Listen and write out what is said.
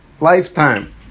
Lifetime